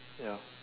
ya